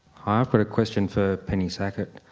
hi. i've got a question for penny sackett.